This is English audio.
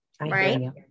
right